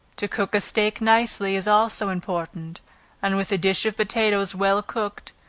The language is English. to cook a steak nicely, is also important and with a dish of potatoes well cooked,